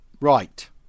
right